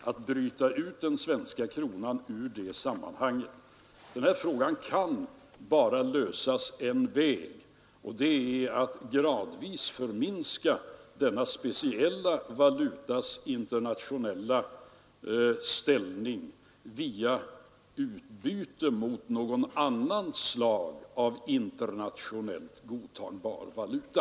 Denna fråga kan bara lösas på ett sätt, och det är genom att gradvis att minska kronans beroende av USA dollarn förminska denna speciella valutas internationella ställning via utbyte mot något annat slag av internationellt godtagbar valuta.